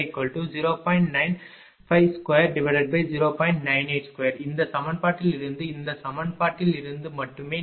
982 இந்த சமன்பாட்டிலிருந்து இந்த சமன்பாட்டிலிருந்து மட்டுமே